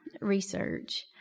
research